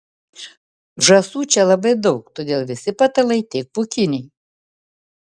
žąsų čia labai daug todėl visi patalai tik pūkiniai